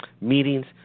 meetings